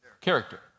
character